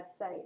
website